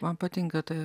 man patinka ta